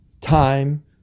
Time